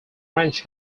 ranch